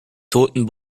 toten